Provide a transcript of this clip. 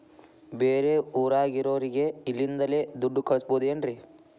ಬೇರೆ ಊರಾಗಿರೋರಿಗೆ ಇಲ್ಲಿಂದಲೇ ದುಡ್ಡು ಕಳಿಸ್ಬೋದೇನ್ರಿ?